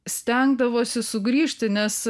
stengdavosi sugrįžti nes